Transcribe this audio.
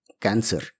cancer